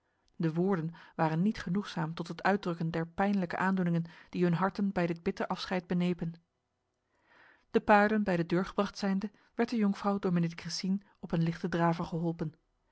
de woorden waren niet genoegzaam tot het uitdrukken der pijnlijke aandoeningen die hun harten bij dit bitter afscheid benepen de paarden bij de deur gebracht zijnde werd de jonkvrouw door mijnheer de cressines op een lichte draver geholpen